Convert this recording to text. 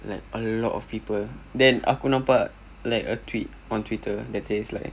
like a lot of people then aku nampak like a tweet on Twitter that says like